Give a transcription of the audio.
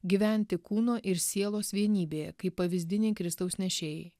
gyventi kūno ir sielos vienybėje kaip pavyzdiniai kristaus nešėjai